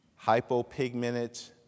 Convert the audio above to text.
Hypopigmented